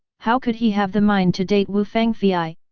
how could he have the mind to date wu fangfei,